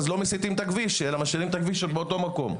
אז לא מסיטים את הכביש אלא משאירים אותו באותו מקום.